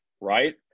right